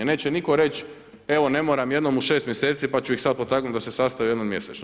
Neće nitko reći - evo ne moram jednom u 6 mjeseci pa ću ih sad potaknut da se sastaju jednom mjesečno.